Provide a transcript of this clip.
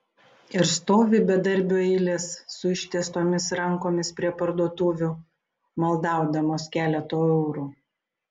ir stovi bedarbių eilės su ištiestomis rankomis prie parduotuvių maldaudamos keleto eurų